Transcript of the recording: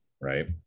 right